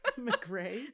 McGray